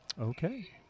Okay